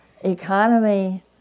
economy